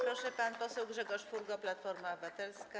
Proszę, pan poseł Grzegorz Furgo, Platforma Obywatelska.